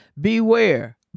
Beware